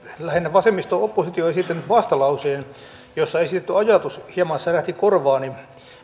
lähinnä vasemmisto oppositio esittänyt vastalauseen jossa esitetty ajatus hieman särähti korvaani